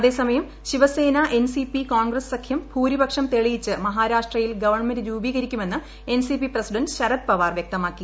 അതേസമയം Shiv Sena N C P Congress സഖ്യം ഭൂരിപക്ഷം തെളിയിച്ച് മഹാരാഷ്ട്രയിൽ ഗവൺമെന്റ് രൂപീകരിക്കുമെന്ന് N C P president Sharad Pawar വൃക്തമാക്കി